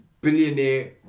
Billionaire